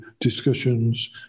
discussions